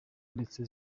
ndetse